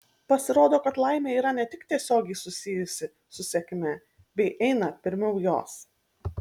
pasirodo kad laimė yra ne tik tiesiogiai susijusi su sėkme bei eina pirmiau jos